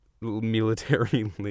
military